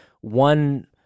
one